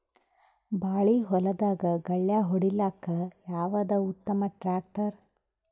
ಬಾಳಿ ಹೊಲದಾಗ ಗಳ್ಯಾ ಹೊಡಿಲಾಕ್ಕ ಯಾವದ ಉತ್ತಮ ಟ್ಯಾಕ್ಟರ್?